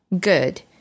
Good